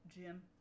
Jim